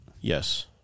Yes